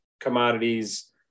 commodities